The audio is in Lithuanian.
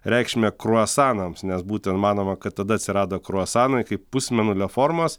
reikšmę kruasanams nes būtent manoma kad tada atsirado kruasanai kaip pusmėnulio formos